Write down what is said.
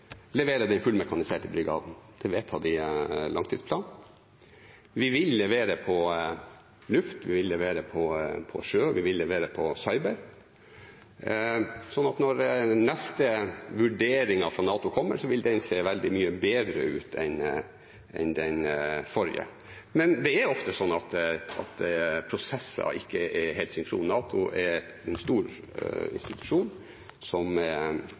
levere på luft, vi vil levere på sjø, vi vil levere på cyber, så når den neste vurderingen fra NATO kommer, vil den se veldig mye bedre ut enn den forrige. Men det er ofte sånn at prosesser ikke er helt synkrone. NATO er en stor institusjon som